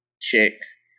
chicks